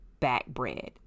backbred